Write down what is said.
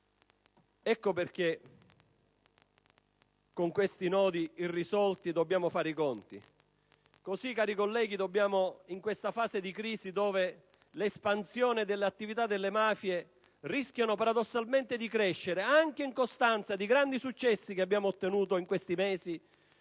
Ecco perché con questi nodi irrisolti dobbiamo fare i conti: in questa fase di crisi, in cui l'espansione dell'attività delle mafie rischia paradossalmente di crescere, anche in costanza dei grandi successi che abbiamo ottenuto in questi mesi